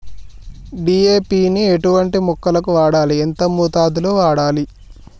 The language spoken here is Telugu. డీ.ఏ.పి ని ఎటువంటి మొక్కలకు వాడాలి? ఎంత మోతాదులో వాడాలి?